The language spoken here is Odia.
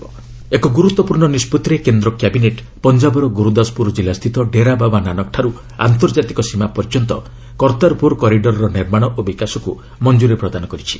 କ୍ୟାବିନେଟ୍ କର୍ତ୍ତାର୍ପୁର କରିଡର୍ ଏକ ଗୁରୁତ୍ୱପୂର୍ଣ୍ଣ ନିଷ୍କଭିରେ କେନ୍ଦ୍ର କ୍ୟାବିନେଟ୍ ପଞ୍ଜାବର ଗୁରୁଦାସପୁର ଜିଲ୍ଲାସ୍ଥିତ ଡେରା ବାବା ନାନକଠାରୁ ଆନ୍ତର୍ଜାତିକ ସୀମା ପର୍ଯ୍ୟନ୍ତ କର୍ତ୍ତାରପୁର କରିଡର୍ର ନିର୍ମାଣ ଓ ବିକାଶକୁ ମଞ୍ଜୁରି ପ୍ରଦାନ କରିଛି